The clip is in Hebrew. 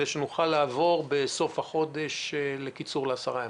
ונוכל לעבור בסוף דצמבר לקיצור ימי הבידוד ל-10 ימים?